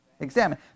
Examine